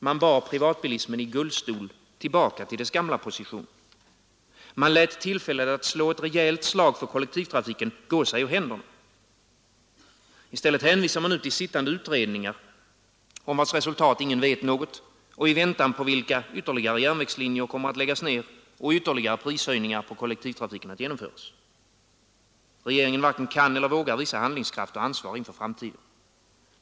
Man bar privatbilismen i gullstol tillbaka till dess gamla position. Man lät tillfället att slå ett rejält slag för kollektivtrafiken gå sig ur händerna. I stället hänvisar man nu till sittande utredningar, om vars resultat ingen vet något, i väntan på vilka ytterligare järnvägslinjer som kommer att läggas ner och vilka ytterligare prishöjningar på kollektivtrafiken som kommer att genomföras. Regeringen varken kan eller vågar visa handlingskraft och ansvar inför framtiden.